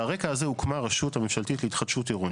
על הרקע הזה הוקמה הרשות הממשלתית להתחדשות עירונית.